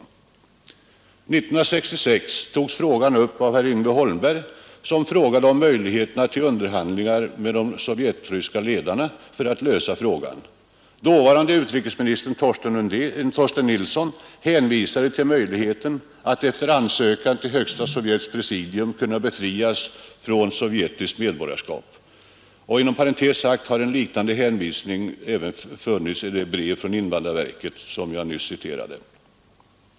1966 togs frågan upp av herr Yngve Holmberg, som frågade om möjligheterna Nr 136 till underhandlingar med sovjetryska ledare för att lösa frågan. Dåvarande Måndagen den utrikesministern Torsten Nilsson hänvisade till möjligheten att efter 11 december 1972 ansökan till Högsta sovjets presidium kunna befrias från sovjetiskt medborgarskap. En liknande hänvisning fanns inom parentes sagt även i brevet från invandrarverket 1972, som jag nyss citerade.